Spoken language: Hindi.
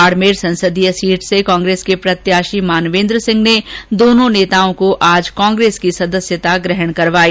बाडमेर संसदीय सीट से कांग्रेस के प्रत्याशी मानवेन्द्रसिंह ने दोनों नेताओं को आज कांग्रेस की सदस्यता ग्रहण करवाई